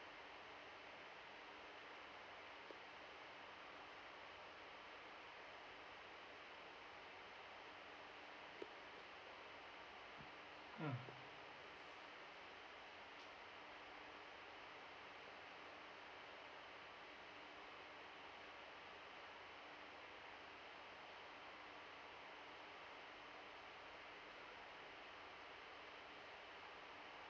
mm